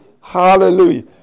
Hallelujah